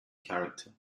character